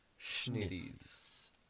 schnitties